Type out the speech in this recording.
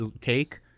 take